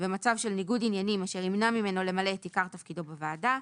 במצב של ניגוד עניינים אשר ימנע ממנו למלא את עיקר תפקידו בוועדה.